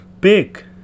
big